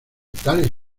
metales